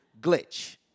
glitch